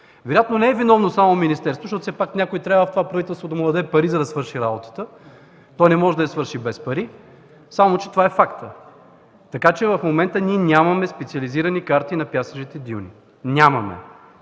Вероятно не е виновно само министерството, защото все пак трябва някой в това правителство да му даде пари, за да свърши работата, то не може да я свърши без пари, само че това е фактът. В момента нямаме специализирани карти на пясъчните дюни, нямаме!